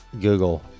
Google